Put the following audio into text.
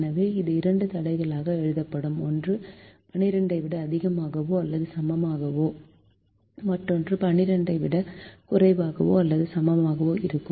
எனவே இது இரண்டு தடைகளாக எழுதப்படும் ஒன்று 12 ஐ விட அதிகமாகவோ அல்லது சமமாகவோ மற்றொன்று 12 ஐ விட குறைவாகவோ அல்லது சமமாகவோ இருக்கும்